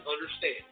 understand